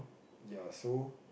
ya so